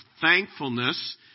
thankfulness